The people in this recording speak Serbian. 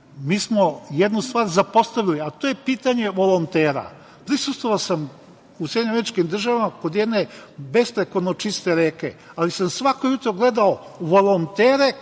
mi smo jednu stvar zapostavili, a to je pitanje volontera. Prisustvovao sam u SAD kod jedne besprekorno čiste reke, ali sam svako jutro gledao volontere